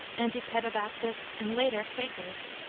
anti-pedobaptists, and later, quakers,